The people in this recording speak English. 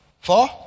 four